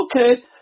okay